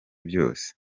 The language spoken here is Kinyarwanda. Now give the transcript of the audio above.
byose